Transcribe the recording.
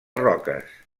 roques